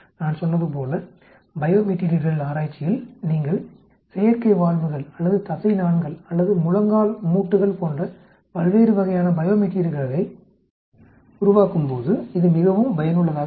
நான் சொன்னது போல பையோமெட்டீரியல்கள் ஆராய்ச்சியில் நீங்கள் செயற்கை வால்வுகள் அல்லது தசைநாண்கள் அல்லது முழங்கால் மூட்டுகள் போன்ற பல்வேறு வகையான பையோமெட்டீரியல்களை உருவாக்கும் போது இது மிகவும் பயனுள்ளதாக இருக்கும்